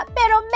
pero